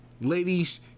Ladies